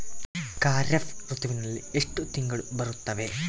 ಖಾರೇಫ್ ಋತುವಿನಲ್ಲಿ ಎಷ್ಟು ತಿಂಗಳು ಬರುತ್ತವೆ?